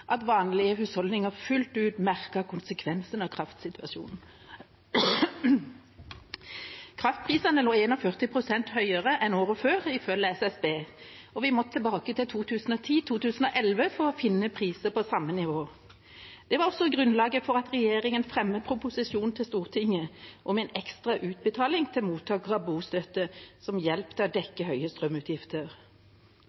at vanlige husholdninger fullt ut merket konsekvensen av kraftsituasjonen. Kraftprisene lå 41 pst. høyere enn året før, ifølge SSB, og vi må tilbake til 2010/2011 for å finne priser på samme nivå. Det var også grunnlaget for at regjeringa fremmet proposisjon til Stortinget om en ekstra utbetaling til mottakere av bostøtte, som hjelp til å